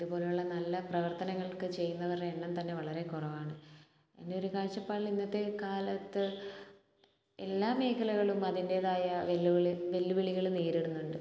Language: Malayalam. ഇത് പോലുള്ള നല്ല പ്രവർത്തനങ്ങളൊക്കെ ചെയ്യുന്നവരുടെ എണ്ണം തന്നെ വളരെ കുറവാണ് എൻ്റെ ഒരു കാഴ്ചപ്പാടിൽ ഇന്നത്തെ കാലത്ത് എല്ലാ മേഖലകളും അതിൻ്റെതായ വെല്ലുവിളി വെല്ലുവിളികൾ നേരിടുന്നുണ്ട്